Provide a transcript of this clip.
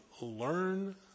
learn